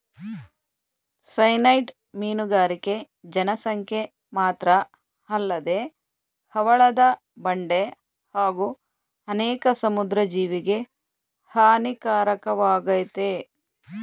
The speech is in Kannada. ಸೈನೈಡ್ ಮೀನುಗಾರಿಕೆ ಜನಸಂಖ್ಯೆ ಮಾತ್ರಅಲ್ಲದೆ ಹವಳದ ಬಂಡೆ ಹಾಗೂ ಅನೇಕ ಸಮುದ್ರ ಜೀವಿಗೆ ಹಾನಿಕಾರಕವಾಗಯ್ತೆ